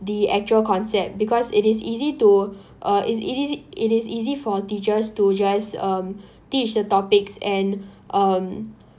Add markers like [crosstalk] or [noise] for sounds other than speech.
the actual concept because it is easy to uh is it is it is easy for teachers to just um teach the topics and um [noise]